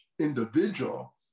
individual